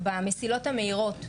במסילות המהירות.